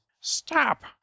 stop